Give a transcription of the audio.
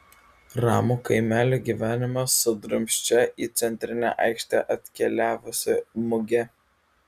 ramų kaimelio gyvenimą sudrumsčia į centrinę aikštę atkeliavusi mugė